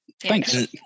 Thanks